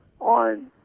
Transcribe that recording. on